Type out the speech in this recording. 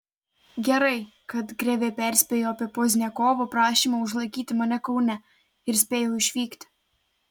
gerai kad krėvė perspėjo apie pozniakovo prašymą užlaikyti mane kaune ir spėjau išvykti